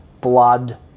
blood